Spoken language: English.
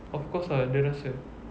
of course ah dia rasa